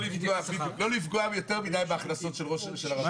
לא לפגוע יותר מדי בהכנסות של הרשות.